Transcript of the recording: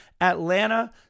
atlanta